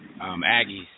Aggies